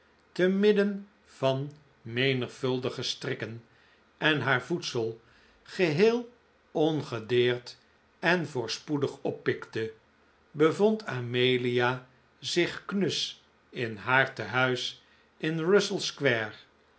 te midden van menigvuldige strikken en haar voedsel geheel ongedeerd en voorspoedig oppikte bevond amelia zich knus in haar tehuis in russell